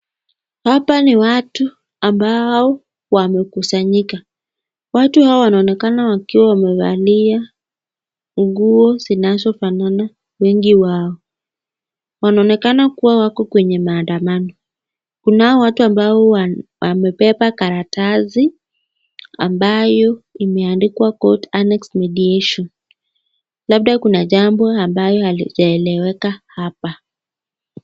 Hapa ni watu ambao wamekusanyika. Watu hawa wanaonekana wakiwa wamevalia nguo zinazofanana wengi wao. Wanaonekana kuwa wako kwenye maandamano. Kunao watu ambao wamebeba karatasi ambayo imeandikwa court annex mediation . Labda kuna jambo ambayo halijaeleweka hapa.